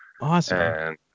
Awesome